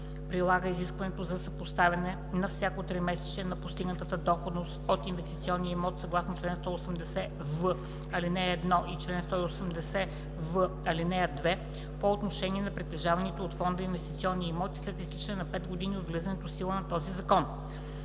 прилага изискването за съпоставяне на всяко тримесечие на постигнатата доходност от инвестиционен имот съгласно чл. 180в, ал. 1 и чл. 180в, ал. 2 по отношение на притежаваните от фонда инвестиционни имоти след изтичането на 5 години от влизането в сила на този закон“.